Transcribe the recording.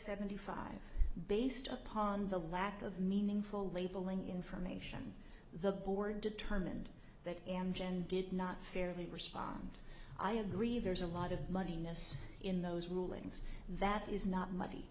seventy five based upon the lack of meaningful labeling information the board determined that amgen did not fairly respond i agree there's a lot of money miss in those rulings that is not m